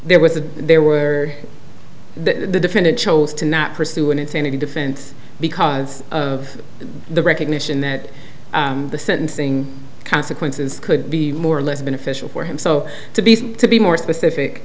there was a there were the defendant chose to not pursue an insanity defense because of the recognition that the sentencing consequences could be more or less beneficial for him so to be to be more specific